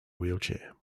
wheelchair